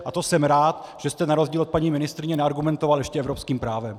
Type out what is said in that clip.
A to jsem rád, že jste na rozdíl od paní ministryně neargumentoval ještě evropským právem.